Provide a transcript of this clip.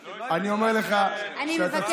אני אומר לך שאתה צריך -- אני מבקשת,